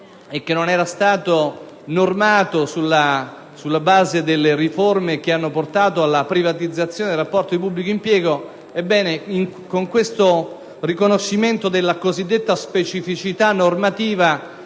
oggi non è stato normato sulla base delle riforme che hanno portato alla privatizzazione del rapporto di pubblico impiego. Ebbene, con il riconoscimento della cosiddetta specificità normativa